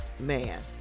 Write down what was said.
man